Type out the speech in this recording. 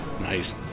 Nice